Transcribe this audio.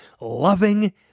loving